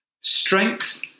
strength